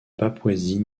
papouasie